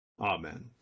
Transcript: Amen